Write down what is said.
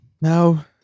No